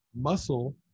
muscle